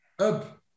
up